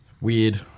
Weird